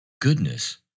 goodness